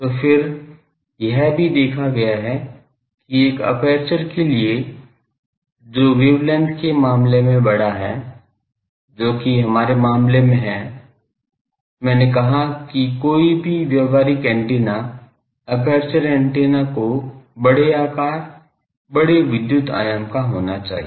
तो फिर यह भी देखा गया है कि एक एपर्चर के लिए जो वेवलेंथ के मामले में बड़ा है जो कि हमारे मामले में है मैंने कहा कि कोई भी व्यावहारिक एंटीना एपर्चर एंटीना को बड़े आकार बड़े विद्युत आयाम का होना चाहिए